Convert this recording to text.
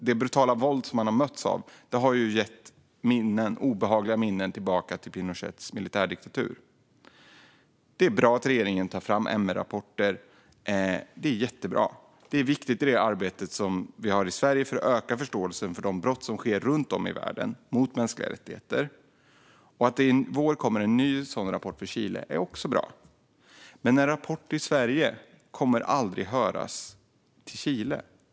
Det brutala våld som man har mötts av har väckt obehagliga minnen från Pinochets militärdiktatur. Det är jättebra att regeringen tar fram MR-rapporter. Det är viktigt för det arbete som vi har i Sverige för att öka medvetenheten om de brott som sker runt om i världen mot mänskliga rättigheter. Att det i vår kommer en ny sådan rapport om Chile är också bra. Men våra rapporter i Sverige kommer aldrig att höras i Chile.